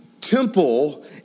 temple